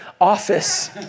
office